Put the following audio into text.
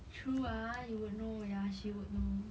true ah you would know ya she would know